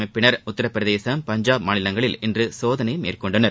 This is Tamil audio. அமைப்பினர் உத்தரப்பிரதேசும் பஞ்சாப் மாநிலங்களில் இன்று சோதனை மேற்கொண்டனர்